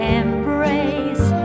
embrace